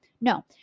No